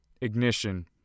ignition